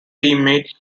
teammate